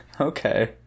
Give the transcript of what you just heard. Okay